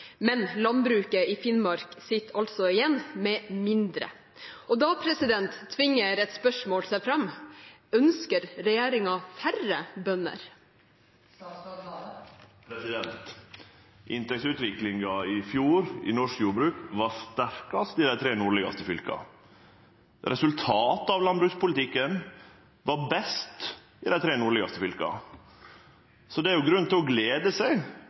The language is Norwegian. Men landbruket i Finnmark sitter altså igjen med mindre. Da tvinger et spørsmål seg fram: Ønsker regjeringen færre bønder? Inntektsutviklinga i fjor i norsk jordbruk var sterkast i dei tre nordlegaste fylka. Resultatet av landbrukspolitikken var best i dei tre nordlegaste fylka. Så det er grunn til å glede seg,